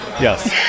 Yes